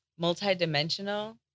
multidimensional